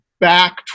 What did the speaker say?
back